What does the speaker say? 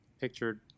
pictured